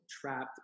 trapped